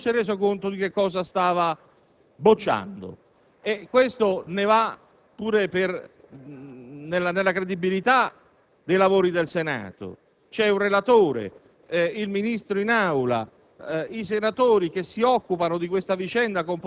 collega Castelli, se era opportuno o meno opportuno. Qualcuno può pure dire - anzi, è stato detto da un collega della maggioranza - che poteva sembrare vi fosse anche una sorta di furbizia, ma la realtà,